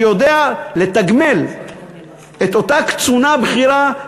שיודע לתגמל את אותה קצונה בכירה,